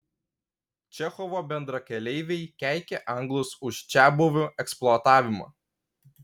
čechovo bendrakeleiviai keikė anglus už čiabuvių eksploatavimą